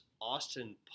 Austin